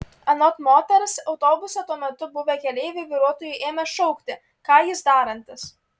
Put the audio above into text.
anot moters autobuse tuo metu buvę keleiviai vairuotojui ėmė šaukti ką jis darantis